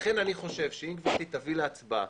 לכן אני חושב שאם גברתי תביא להצבעה